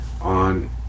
on